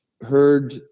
heard